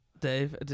Dave